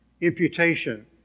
imputation